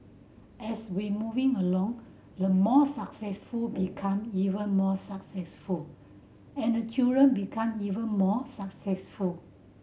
as we moving along the more successful become even more successful and the children become even more successful